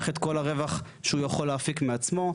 את כל הרווח שהוא יכול להפיק מעצמו.